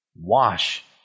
Wash